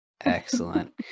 excellent